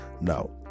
now